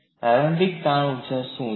પ્રારંભિક તાણ ઊર્જા શું છે